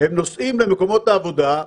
הם נוסעים למקומות העבודה,